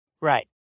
right